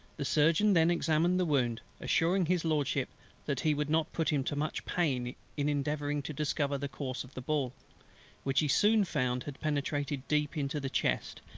the surgeon then examined the wound, assuring his lordship that he would not put him to much pain in endeavouring to discover the course of the ball which he soon found had penetrated deep into the chest,